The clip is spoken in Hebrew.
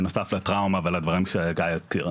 בנוסף לטראומה ולדברים שגיא הזכיר.